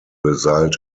result